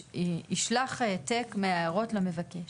ישלחו העתק מההערות למבקש.